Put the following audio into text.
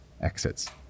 exits